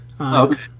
Okay